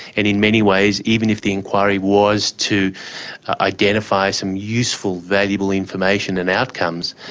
and in many ways even if the inquiry was to identify some useful, valuable information and outcomes,